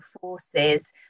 forces